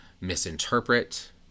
misinterpret